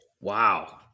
Wow